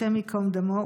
השם ייקום דמו,